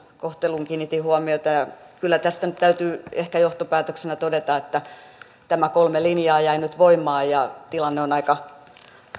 kohteluun kiinnitin huomiota kyllä tästä nyt täytyy ehkä johtopäätöksenä todeta että nämä kolme linjaa jäivät nyt voimaan ja tilanne on aika